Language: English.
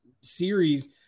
series